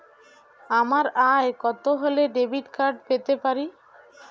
আমার আয় কত হলে ডেবিট কার্ড পেতে পারি?